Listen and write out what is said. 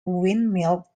windmill